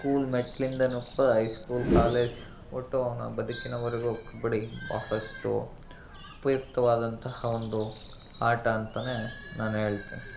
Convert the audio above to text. school ಮೇಟ್ಟಲಿಂದನೂ ಕೂಡ high school college ಒಟ್ಟು ಅವನ ಬದುಕಿನವರೆಗೂ ಕಬಡ್ಡಿ ಭಾಳಷ್ಟು ಉಪಯುಕ್ತವಾದಂತಹ ಒಂದು ಆಟ ಅಂತನೇ ನಾನು ಹೇಳ್ತೇನೆ